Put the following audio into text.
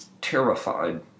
terrified